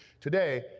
today